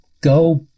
go